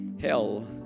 hell